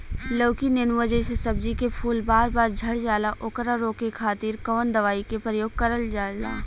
लौकी नेनुआ जैसे सब्जी के फूल बार बार झड़जाला ओकरा रोके खातीर कवन दवाई के प्रयोग करल जा?